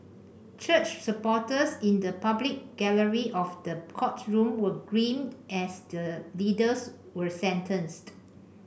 church supporters in the public gallery of the courtroom were grim as the leaders were sentenced